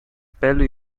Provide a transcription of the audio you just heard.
pelo